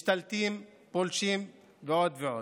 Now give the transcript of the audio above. משתלטים, פולשים ועוד ועוד.